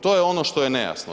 To je ono što je nejasno.